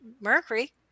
mercury